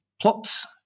plots